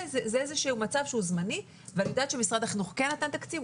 זה איזשהו מצב שהוא זמני ואני יודעת שמשרד החינוך כן נתן תקציב.